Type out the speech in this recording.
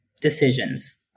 decisions